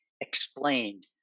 explained